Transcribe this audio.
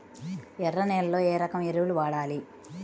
ఎర్ర నేలలో ఏ రకం ఎరువులు వాడాలి?